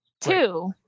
Two